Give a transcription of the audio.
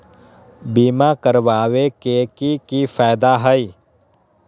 बीमा करबाबे के कि कि फायदा हई?